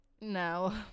No